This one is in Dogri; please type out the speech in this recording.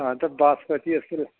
आं ते बासमती